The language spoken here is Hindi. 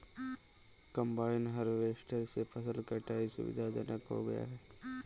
कंबाइन हार्वेस्टर से फसल कटाई सुविधाजनक हो गया है